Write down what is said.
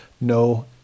No